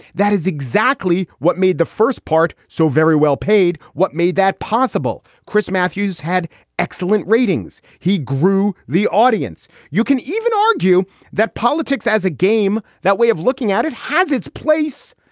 that is exactly what made the first part so very well. what made that possible? chris matthews had excellent ratings. he grew the audience. you can even argue that politics as a game, that way of looking at it has its place,